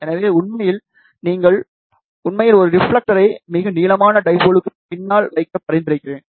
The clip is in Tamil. எனவே உண்மையில் நீங்கள் உண்மையில் ஒரு ரிப்ஃலெக்டரை மிக நீளமான டைபோல் க்கு பின்னால் வைக்க பரிந்துரைக்கிறேன்